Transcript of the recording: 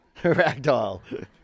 ragdoll